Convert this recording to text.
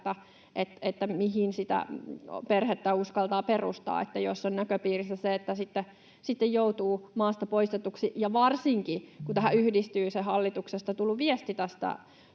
sitä, mihin sitä perhettä uskaltaa perustaa. Että jos on näköpiirissä se, että sitten joutuu maasta poistetuksi, varsinkin kun tähän yhdistyy se hallituksesta tullut hyvin